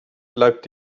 bleibt